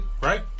right